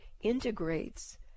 integrates